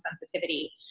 sensitivity